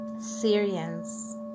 Syrians